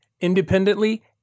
independently